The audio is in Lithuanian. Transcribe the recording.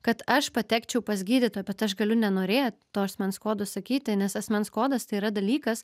kad aš patekčiau pas gydytoją bet aš galiu nenorėt to asmens kodo sakyti nes asmens kodas tai yra dalykas